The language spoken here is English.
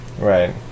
Right